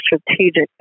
strategic